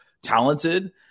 talented